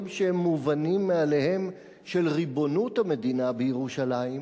מובנים מאליהם של ריבונות המדינה בירושלים,